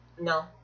No